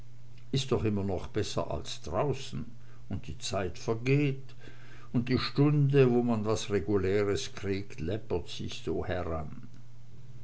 is doch immer noch besser als draußen und die zeit vergeht und die stunde wo man was reguläres kriegt läppert sich so heran